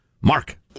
Mark